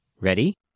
Ready